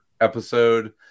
episode